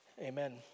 Amen